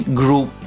group